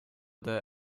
der